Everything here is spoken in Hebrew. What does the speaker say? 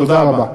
תודה רבה.